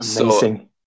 amazing